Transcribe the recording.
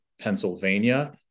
Pennsylvania